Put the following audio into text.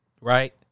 Right